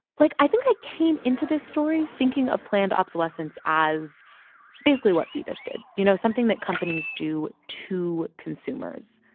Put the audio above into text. like, i think i came into this story thinking of planned obsolescence as basically what phoebus did you know, something that companies do to consumers.